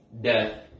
death